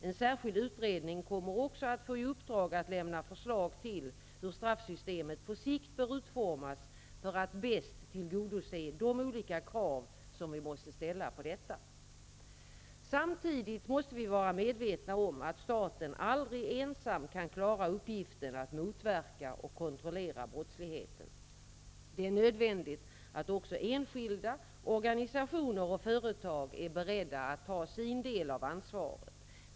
En särskild utredning kommer också att få i uppdrag att lämna förslag till hur straffsystemet på sikt bör utformas för att bäst tillgodose de olika krav som vi måste ställa på detta. Samtidigt måste vi vara medvetna om att staten aldrig ensam kan klara uppgiften att motverka och kontrollera brottsligheten. Det är nödvändigt att också enskilda, organisationer och företag är beredda att ta sin del av ansvaret.